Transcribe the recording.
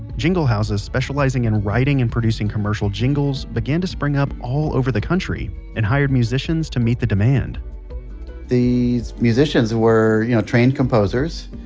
jingle houses, specializing in writing and producing commercial jingles, began to spring up all over the country and hired musicians to meet the demand these musicians were you know trained composers.